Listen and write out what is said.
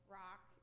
rock